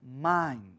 mind